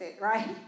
right